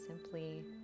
simply